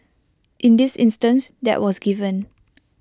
in this instance that was given